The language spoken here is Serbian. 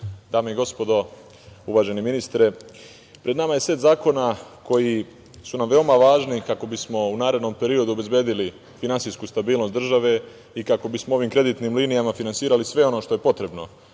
dame i gospodo, uvaženi ministre pred nama je set zakona koji su nam veoma važni kako bismo u narednom periodu obezbedili finansijsku stabilnost države i kako bismo ovim kreditnim linijama finansirali sve ono što je potrebno